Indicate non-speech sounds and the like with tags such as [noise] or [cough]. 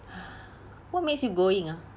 [breath] what makes you going ah